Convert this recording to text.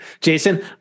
Jason